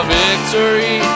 victory